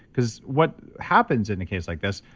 because what happens in a case like this,